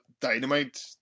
dynamite